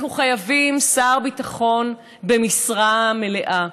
אנחנו חייבים שר ביטחון במשרה מלאה.